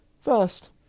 first